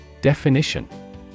Definition